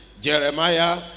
Jeremiah